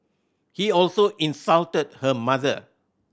he also insulted her mother